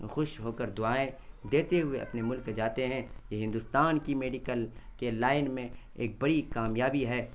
خوش ہو کر دعائیں دیتے ہوئے اپنے ملک جاتے ہیں یہ ہندوستان کہ میڈیکل کے لائن میں ایک بڑی کامیابی ہے